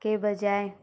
کے بجائے